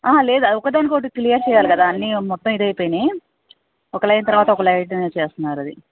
లేదు ఒకదానికొకటి క్లియర్ చేయాలి కదా అన్నీ మొత్తం ఇది అయిపోయినాయి ఒక లైన్ తర్వాత ఒక లైను చేస్తున్నారు అది